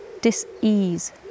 dis-ease